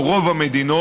או רוב המדינות,